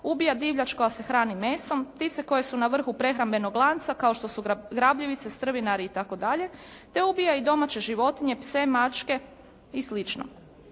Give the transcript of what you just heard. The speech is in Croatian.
ubija divljač koja se hrani mesom, ptice koje su na vrhu prehrambenog lanca, kao što su grabljivice, strvinari itd., te ubija i domaće životinje, pse, mačke i